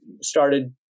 started